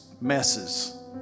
messes